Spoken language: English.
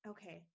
Okay